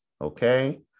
okay